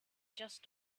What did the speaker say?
just